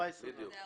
סעיף 14. בסדר.